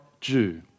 Jew